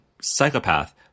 psychopath